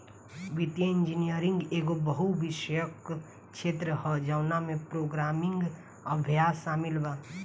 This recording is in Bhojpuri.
वित्तीय इंजीनियरिंग एगो बहु विषयक क्षेत्र ह जवना में प्रोग्रामिंग अभ्यास शामिल बा